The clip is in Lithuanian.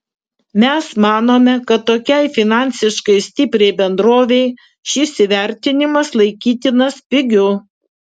mes manome kad tokiai finansiškai stipriai bendrovei šis įvertinimas laikytinas pigiu